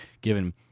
given